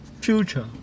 future